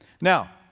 Now